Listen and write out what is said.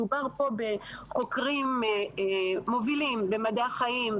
מדובר פה בחוקרים מובילים במדעי החיים,